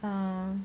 err